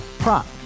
Prop